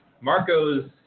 Marco's